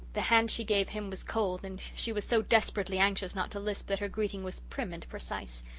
the hand she gave him was cold and she was so desperately anxious not to lisp that her greeting was prim and precise.